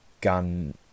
gun